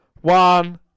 One